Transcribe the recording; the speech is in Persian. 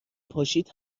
پاشید